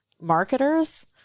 marketers